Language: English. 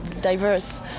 diverse